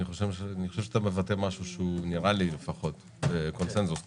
אני חושב שאתה מבטא משהו שנראה לי שהוא קונצנזוס כאן.